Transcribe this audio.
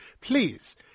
Please